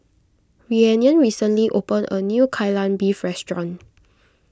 Rhiannon recently opened a new Kai Lan Beef restaurant